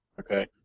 Okay